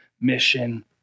mission